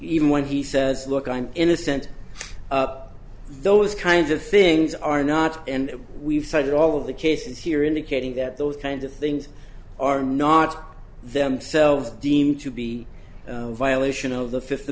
even when he says look i'm innocent those kinds of things are not and we've cited all of the cases here indicating that those kinds of things are not themselves deemed to be a violation of the fifth